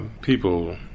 People